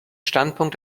standpunkt